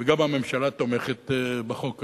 וגם הממשלה תומכת בחוק הזה,